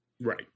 Right